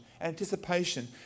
anticipation